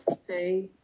say